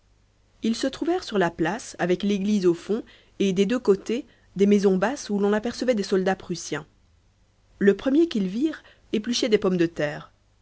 ils se trouvèrent sur la place avec l'église au fond et des deux côtés des maisons basses où l'on apercevait des soldats prussiens le premier qu'ils virent épluchait des pommes de terre